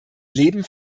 leben